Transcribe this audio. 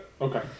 okay